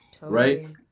Right